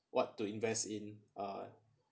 what to invest in a